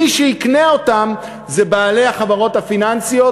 מי שיקנה אותן זה בעלי החברות הפיננסיות,